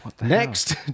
Next